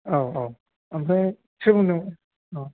औ औ ओमफ्राय सोर बुंदों औ